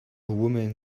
woman